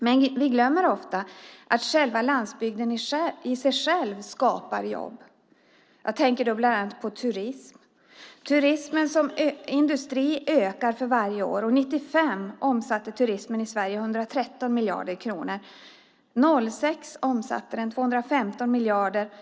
Men ofta glömmer vi att landsbygden i sig skapar jobb. Jag tänker bland annat på turismen. Turismen som industri ökar för varje år. År 1995 omsattes inom turismen i Sverige 113 miljarder kronor, och år 2006 omsattes 215 miljarder kronor.